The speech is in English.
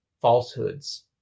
falsehoods